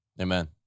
amen